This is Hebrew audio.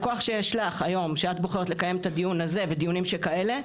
הכוח שיש לך היום שאת בוחרת לקיים את הדיון הזה ודיונים שכאלה,